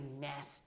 nasty